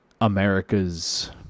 America's